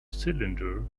cylinder